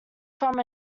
from